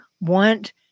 want